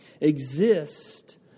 exist